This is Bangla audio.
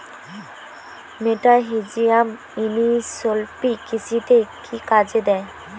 মেটাহিজিয়াম এনিসোপ্লি কৃষিতে কি কাজে দেয়?